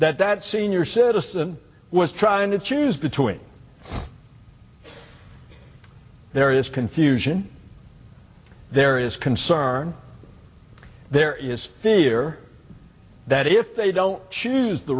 that that senior citizen was trying to choose between there is confusion there is concern there is fear that if they don't choose the